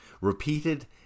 repeated